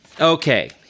Okay